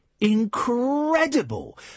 incredible